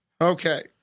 Okay